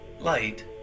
light